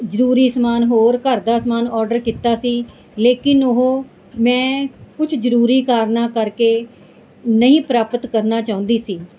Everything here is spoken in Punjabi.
ਜ਼ਰੂਰੀ ਸਮਾਨ ਹੋਰ ਘਰ ਦਾ ਸਮਾਨ ਔਡਰ ਕੀਤਾ ਸੀ ਲੇਕਿਨ ਉਹ ਮੈਂ ਕੁਛ ਜ਼ਰੂਰੀ ਕਾਰਨਾਂ ਕਰਕੇ ਨਹੀਂ ਪ੍ਰਾਪਤ ਕਰਨਾ ਚਾਹੁੰਦੀ ਸੀ